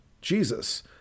Jesus